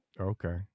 Okay